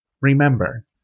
remember